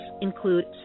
include